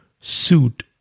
suit